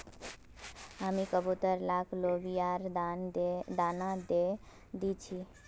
हामी कबूतर लाक लोबियार दाना दे दी छि